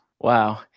Wow